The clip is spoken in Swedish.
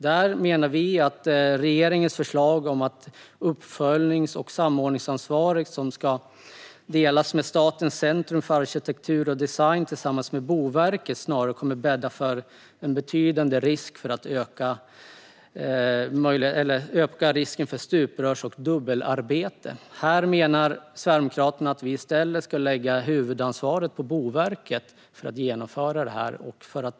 Vi menar att regeringens förslag om att uppföljnings och samordningsansvaret, som ska delas mellan Statens centrum för arkitektur och design och Boverket, snarare kommer att bädda för en betydande risk för stuprörs och dubbelarbete. Sverigedemokraterna menar att man bör lägga huvudansvaret på Boverket för att genomföra detta.